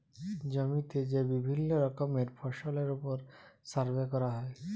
জমিতে যে বিভিল্য রকমের ফসলের ওপর সার্ভে ক্যরা হ্যয়